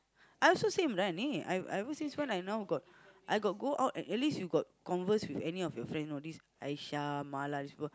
I also same lah I I ever since when I now got I got go out at at least you got converse with any of your friends know this Aisha